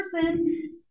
person